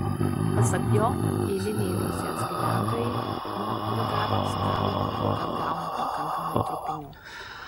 pasak jo eiliniai rusijos gyventojai nuo oligarchų stalo kol kas gauna pakankamai trupinių